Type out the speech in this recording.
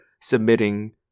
submitting